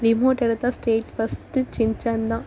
remote எடுத்தால் straight first சின்சேன் தான்